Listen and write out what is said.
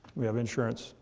we have insurance,